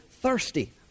thirsty